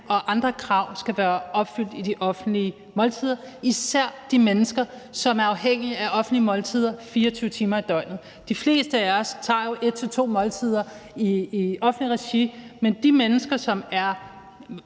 og andre krav skulle være opfyldt i de offentlige måltider, især for de mennesker, som er afhængige af offentlige måltider 24 timer i døgnet. De fleste af os spiser jo et til to måltider i offentligt regi, men de mennesker, som